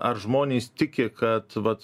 ar žmonės tiki kad vat